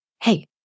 Hey